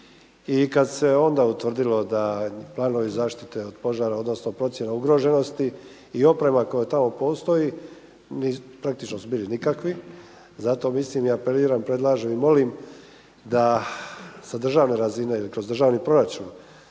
i kad se onda utvrdilo da planovi zaštite od požara, odnosno procjena ugroženosti i oprema koja tamo postoji praktično su bili nikakvi. Zato mislim i apeliram, predlažem i molim da sa državne razine ili kroz državni proračun